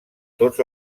tots